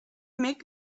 make